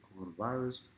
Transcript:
coronavirus